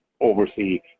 oversee